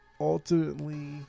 ultimately